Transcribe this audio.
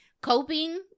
coping